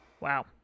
Wow